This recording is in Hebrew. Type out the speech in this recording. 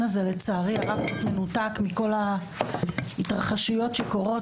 הזה לצערי מנותק מההתרחשויות שקורות,